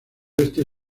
oeste